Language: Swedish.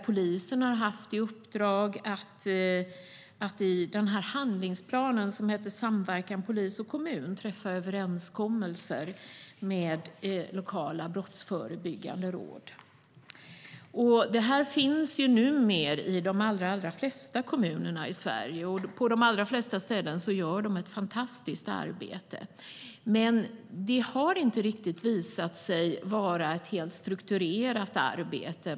Polisen har haft i uppdrag att i den handlingsplan som heter Samverkan mellan polis och kommun träffa överenskommelser med lokala brottsförebyggande råd. Detta finns numera i de allra flesta kommuner i Sverige, och på de allra flesta ställen gör man ett fantastiskt arbete. Men det har inte visat sig vara ett helt strukturerat arbete.